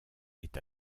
est